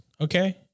okay